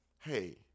hey